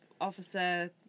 officer